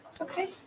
Okay